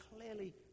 clearly